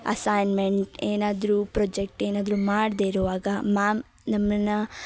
assignment ಏನಾದರು project ಏನಾದರು ಮಾಡದೇ ಇರುವಾಗ ಮ್ಯಾಮ್ ನಮ್ಮನ್ನು